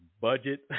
Budget